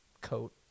coat